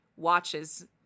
watches